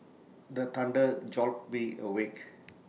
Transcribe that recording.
the thunder jolt me awake